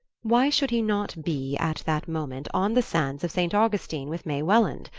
why should he not be, at that moment, on the sands of st. augustine with may welland?